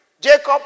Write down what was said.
Jacob